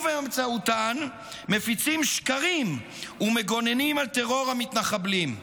ובאמצעותן מפיצים שקרים ומגוננים על טרור המתנחבלים.